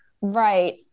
Right